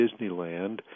disneyland